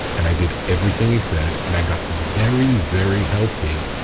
and i did everything he said, and i got very, very healthy.